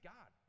God